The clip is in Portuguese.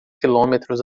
quilômetros